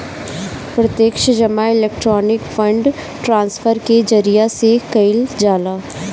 प्रत्यक्ष जमा electronic fund transfer के जरिया से कईल जाला